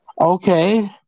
Okay